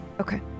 Okay